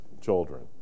children